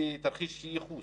תרחיש ייחוס,